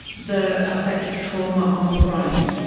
the effect of trauma on the brain.